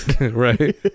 Right